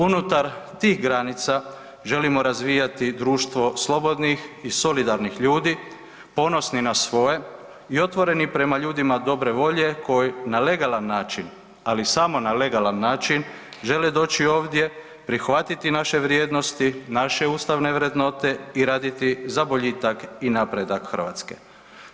Unutar tih granica želimo razvijati društvo slobodnih i solidarnih ljudi ponosni na svoje i otvoreni prema ljudima dobre volje koji na legalan način, ali samo na legalan način žele doći ovdje, prihvatiti naše vrijednosti naše ustavne vrednote i raditi za boljitak i napredak Hrvatske.